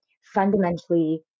fundamentally